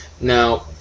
Now